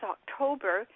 October